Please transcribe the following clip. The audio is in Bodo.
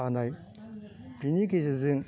हानाय बेनि गेजेरजों